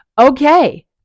okay